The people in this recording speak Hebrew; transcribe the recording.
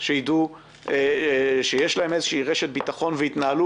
שיידעו שיש להם איזו רשת ביטחון ויתנהלו